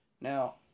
now